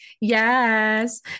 yes